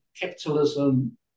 capitalism